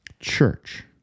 church